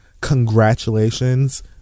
congratulations